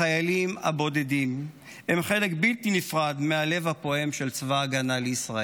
החיילים הבודדים הם חלק בלתי נפרד מהלב הפועם של צבא ההגנה לישראל.